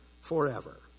forever